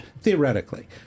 theoretically